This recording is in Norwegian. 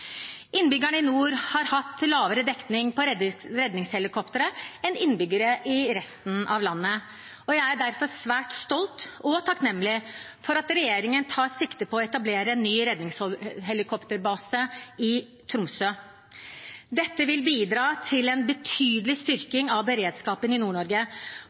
Innbyggerne i nord har hatt lavere dekning av redningshelikoptre enn innbyggerne i resten av landet. Jeg er derfor svært stolt over og takknemlig for at regjeringen tar sikte på å etablere en ny redningshelikopterbase i Tromsø. Dette vil bidra til en betydelig styrking av beredskapen i